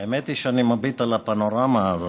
האמת היא שאני מביט על הפנורמה הזאת,